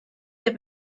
der